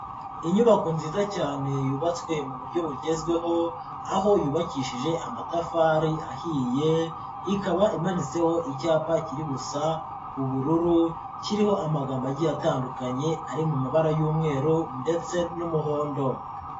Inyubako nziza cyane yubatswe mu buryo bugezweho, aho yubakishije amatafari ahiye, ikaba imanitseho icyapa kiri gusa ubururu, kiriho amagambo agiye atandukanye ari mu mabara y'umweru ndetse n'umuhondo.